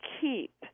keep